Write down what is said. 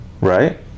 Right